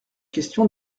question